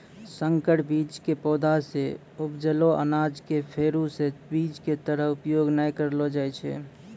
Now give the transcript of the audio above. संकर बीज के पौधा सॅ उपजलो अनाज कॅ फेरू स बीज के तरह उपयोग नाय करलो जाय छै